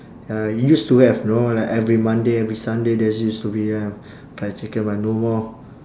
ya used to have know like every monday every sunday there's used to be uh fried chicken but no more